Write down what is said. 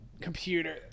computer